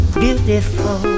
beautiful